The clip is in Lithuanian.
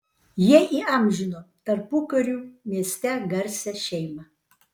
jie įamžino tarpukariu mieste garsią šeimą